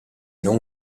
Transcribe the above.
non